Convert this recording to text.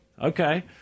Okay